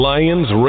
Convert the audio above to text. Lions